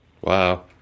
Wow